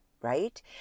right